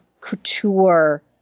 couture